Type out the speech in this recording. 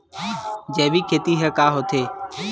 जैविक खेती ह का होथे?